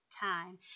Time